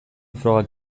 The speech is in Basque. frogak